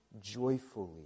joyfully